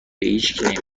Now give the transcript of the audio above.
هیشکی